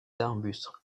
arbustes